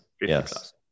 Yes